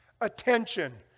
attention